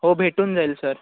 हो भेटून जाईल सर